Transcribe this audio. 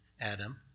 Adam